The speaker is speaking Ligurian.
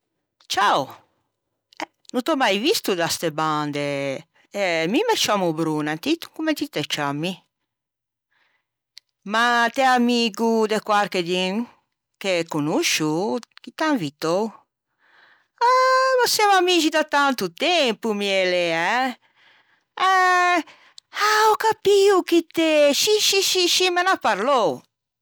ciao no t'ò mai visto da ste bande eh e ti comme ti te ciammi? Ma t'ê amigo de quarchedun che conoscio? Chi t'à invitou? Ah ma semmo amixi da tanto tempo mi e lê eh? Ah ò capio chi t'ê o me n'à parlou